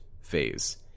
phase